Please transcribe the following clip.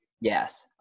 Yes